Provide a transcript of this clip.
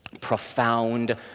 profound